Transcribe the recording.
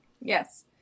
Yes